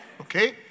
Okay